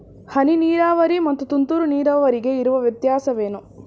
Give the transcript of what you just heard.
ಹನಿ ನೀರಾವರಿ ಮತ್ತು ತುಂತುರು ನೀರಾವರಿಗೆ ಇರುವ ವ್ಯತ್ಯಾಸವೇನು?